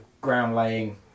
ground-laying